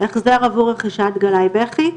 החזר עבור רכישת גלאי בכי,